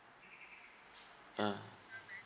uh